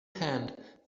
hand